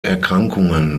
erkrankungen